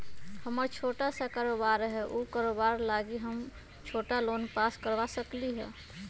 हमर छोटा सा कारोबार है उ कारोबार लागी हम छोटा लोन पास करवा सकली ह?